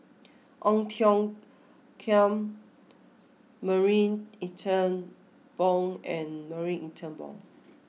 Ong Tiong Khiam Marie Ethel Bong and Marie Ethel Bong